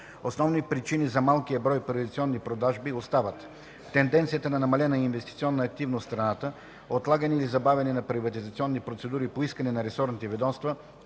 Основни причини за малкия брой приватизационни продажби остават: тенденцията на намалена инвестиционна активност в страната; отлагане или забавяне на приватизационни процедури по искане на ресорните ведомства;